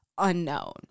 Unknown